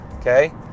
okay